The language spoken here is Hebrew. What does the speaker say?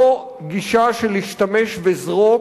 לא גישה של "השתמש וזרוק",